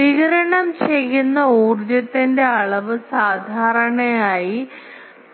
വികിരണം ചെയ്യുന്ന ഊർജ്ജത്തിന്റെ അളവ് സാധാരണയായി